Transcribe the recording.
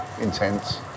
intense